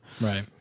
Right